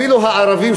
אפילו הערבים,